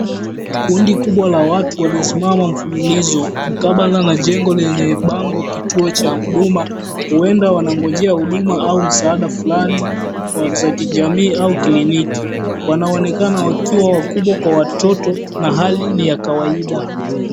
Kundi kubwa la watu waliosimama mfulilizo mkabla na jengo lenye bango kituo cha huduma, huenda wanagonjea huduma au msaada fulani za kijamii au kliniki. Wanaonekana wakiwa wakubwa kwa watoto na hali ni ya kawaida.